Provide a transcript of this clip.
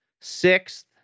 sixth